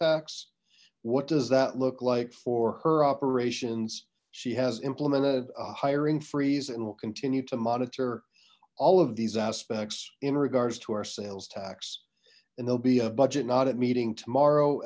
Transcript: tax what does that look like for her operations she has implemented a hiring freeze and will continue to monitor all of these aspects in regards to our sales tax and there'll be a budget not at meeting tomorrow